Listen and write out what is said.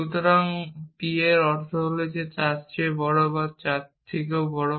সুতরাং p এর অর্থ হল তার চেয়ে বড়